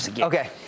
Okay